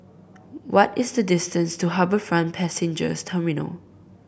what is the distance to HarbourFront Passenger Terminal